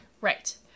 right